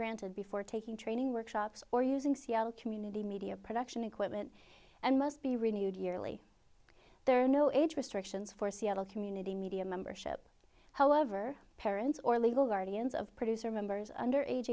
granted before taking training workshops or using c l community media production equipment and must be renewed yearly there are no age restrictions for seattle community media membership however parents or legal guardians of produce or members under age